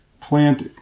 plant